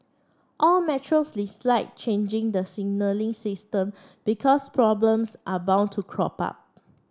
all metros dislike changing the signalling system because problems are bound to crop up